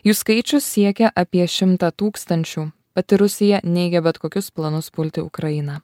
jų skaičius siekia apie šimtą tūkstančių pati rusija neigia bet kokius planus pulti ukrainą